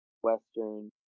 Western